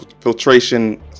filtration